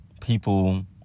people